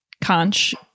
conch